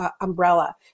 umbrella